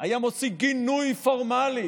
היה מוציא גינוי פורמלי